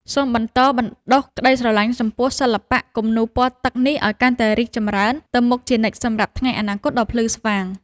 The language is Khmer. សូមបន្តបណ្តុះក្តីស្រឡាញ់ចំពោះសិល្បៈគំនូរពណ៌ទឹកនេះឱ្យកាន់តែរីកចម្រើនទៅមុខជានិច្ចសម្រាប់ថ្ងៃអនាគតដ៏ភ្លឺស្វាង។